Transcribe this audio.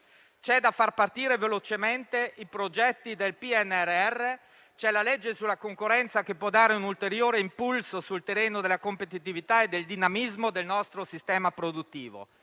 C'è da far partire velocemente i progetti del PNRR; c'è la legge sulla concorrenza, che può dare un ulteriore impulso sul terreno della competitività e del dinamismo del nostro sistema produttivo;